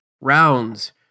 rounds